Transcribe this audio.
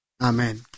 Amen